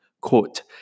quote